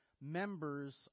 members